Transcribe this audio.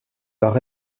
par